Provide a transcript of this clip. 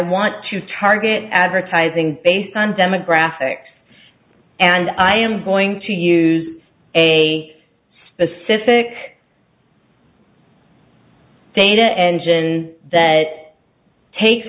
want to target advertising based on demographics and i am going to use a specific data engine that takes